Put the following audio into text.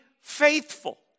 faithful